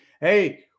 hey